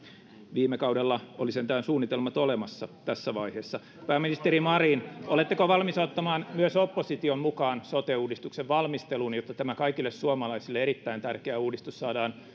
viime kaudella oli sentään suunnitelmat olemassa tässä vaiheessa pääministeri marin oletteko valmis ottamaan myös opposition mukaan sote uudistuksen valmisteluun jotta tämä kaikille suomalaisille erittäin tärkeä uudistus saadaan